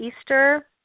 Easter